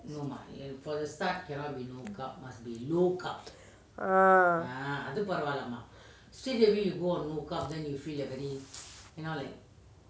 ah